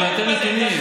אני נותן נתונים.